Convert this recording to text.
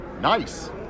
Nice